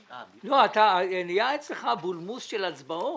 יש אצלך בולמוס של הצבעות.